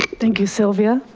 thank you sylvia,